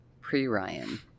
pre-Ryan